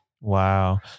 Wow